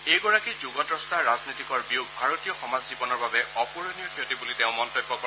এইগৰাকী যুগদ্ৰষ্টা ৰাজনীতিকৰ বিয়োগ ভাৰতীয় সমাজ জীৱনৰ বাবে অপূৰণীয় ক্ষতি বুলি তেওঁ মন্তব্য কৰে